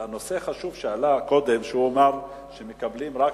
החשוב שעלה קודם, שהוא אמר שמקבלים רק